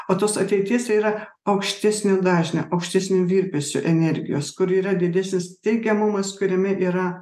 o tos ateities tai yra aukštesnio dažnio aukštesnių virpesių energijos kur yra didysis teikiamumas kuriame yra